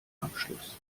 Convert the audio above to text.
abschluss